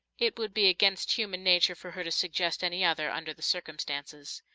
it would be against human nature for her to suggest any other, under the circumstances.